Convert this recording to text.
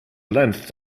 length